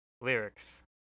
lyrics